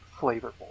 flavorful